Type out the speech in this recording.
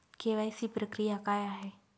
KYC प्रक्रिया काय आहे?